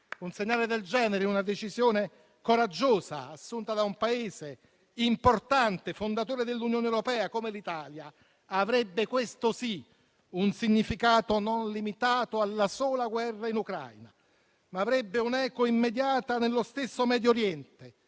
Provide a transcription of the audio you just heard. Un segnale del genere, una decisione coraggiosa assunta da un Paese importante e fondatore dell'Unione europea come l'Italia, avrebbe - questo sì - un significato non limitato alla sola guerra in Ucraina, ma avrebbe un'eco immediata nello stesso Medio Oriente,